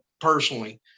personally